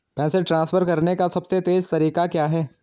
पैसे ट्रांसफर करने का सबसे तेज़ तरीका क्या है?